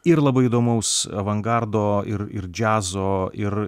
ir labai įdomaus avangardo ir ir džiazo ir